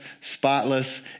spotless